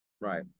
Right